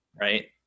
right